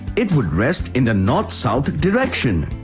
it would rest in the north-south direction.